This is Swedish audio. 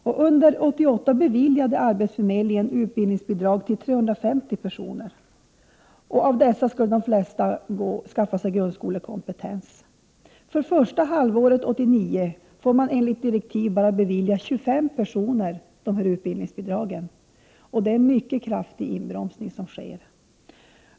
Under 1988 beviljade arbetsförmedlingen utbildningsbidrag till 350 personer, och av dessa skulle de flesta skaffa sig grundskolekompetens. Under första halvåret 1989 får man enligt direktiv bara bevilja 25 personer dessa utbildningsbidrag. Det är en mycket kraftig inbromsning som sker.